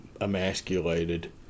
emasculated